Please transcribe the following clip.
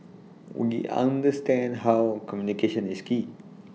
we understand how communication is key